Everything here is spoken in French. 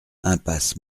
impasse